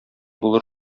булыр